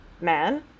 man